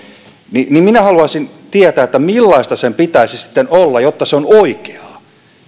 niin niin minä haluaisin tietää millaista sen pitäisi sitten olla jotta se olisi oikeaa